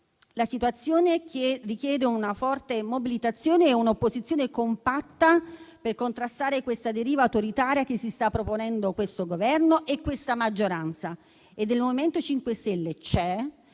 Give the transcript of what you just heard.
la situazione richiede una forte mobilitazione e un'opposizione compatta, per contrastare questa deriva autoritaria che stanno proponendo questo Governo e questa maggioranza. Il MoVimento 5 Stelle c'è